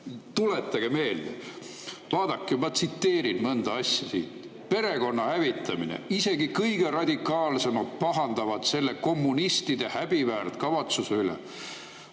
Tuletage meelde! Vaadake, ma tsiteerin mõnda asja siit. "Perekonna hävitamine! Isegi kõige radikaalsemad pahandavad selle kommunistide häbiväärt kavatsuse üle,"